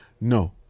No